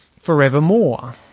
forevermore